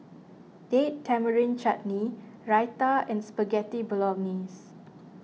Date Tamarind Chutney Raita and Spaghetti Bolognese